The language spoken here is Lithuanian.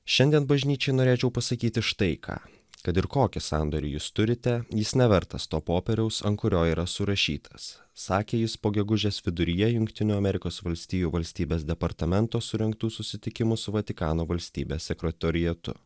šiandien bažnyčiai norėčiau pasakyti štai ką kad ir kokį sandorį jūs turite jis nevertas to popieriaus ant kurio yra surašytas sakė jis po gegužės viduryje jungtinių amerikos valstijų valstybės departamento surengtų susitikimų su vatikano valstybės sekretoriatu